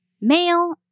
male